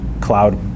cloud